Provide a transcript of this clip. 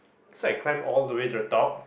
so I climbed all the way to the top